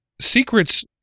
secrets